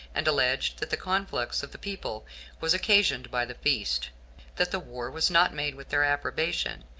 and alleged that the conflux of the people was occasioned by the feast that the war was not made with their approbation,